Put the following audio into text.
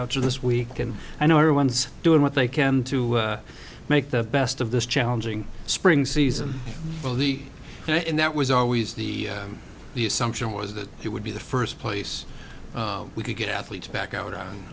outs of this week and i know everyone's doing what they can to make the best of this challenging spring season will be and that was always the the assumption was that it would be the first place we could get athletes back out